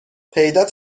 پیدات